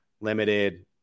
limited